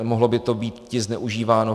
Mohlo by to býti zneužíváno.